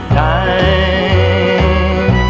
time